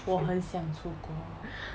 我很想出国